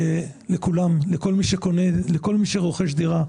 לכל מי שרוכש דירה.